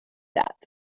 that